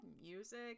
music